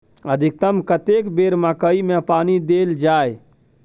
अधिकतम कतेक बेर मकई मे पानी देल जाय?